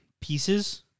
pieces